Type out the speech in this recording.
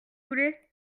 voulez